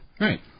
Right